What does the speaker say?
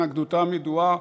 שהתנגדותם ידועה,